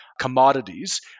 commodities